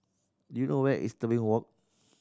do you know where is Tebing Walk